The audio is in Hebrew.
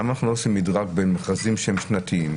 למה אנחנו לא עושים מדרג בין מכרזים שהם שנתיים?